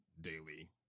daily